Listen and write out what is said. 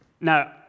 Now